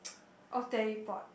or teleport